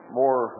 more